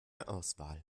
auswahl